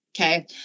okay